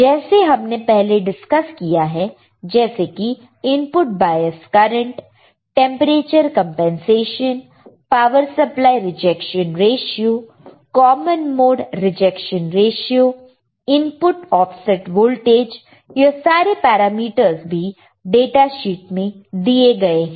जैसे हमने पहले डिस्कस किया है जैसे कि input bias current temperature compensation power supply rejection ratio common mode rejection ratio input offset voltage यह सारे पैरामीटर्स भी डाटा शीट में दिए गए हैं